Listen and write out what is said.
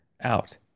Out